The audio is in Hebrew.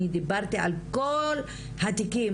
אני דיברתי על כל התיקים,